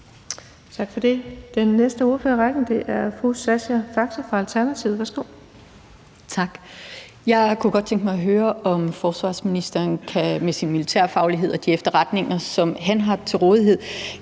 Tak for det. Den næste spørger i rækken er fru Sascha Faxe fra Alternativet. Værsgo. Kl. 12:18 Sascha Faxe (ALT): Tak. Jeg kunne godt tænke mig at høre, om forsvarsministeren med sin militærfaglighed og de efterretninger, som han har til rådighed,